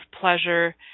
pleasure